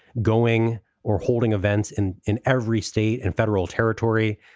going or holding events in in every state and federal territory.